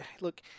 Look